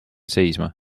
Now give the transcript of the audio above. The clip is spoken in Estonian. seisma